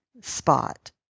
spot